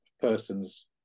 persons